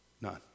none